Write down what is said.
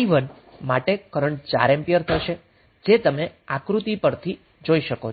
i1 માટે current 4 ampere થશે જે તમે આકૃતિ પરથી જોઈ શકો છો